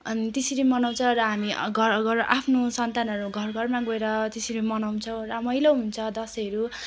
अनि त्यसरी मनाउँछ र हामी घर घर आफ्नो सन्तानहरू घर घरमा गएर त्यसरी मनाउँछौँ रमाइलो हुन्छ दसैँहरू